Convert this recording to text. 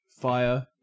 fire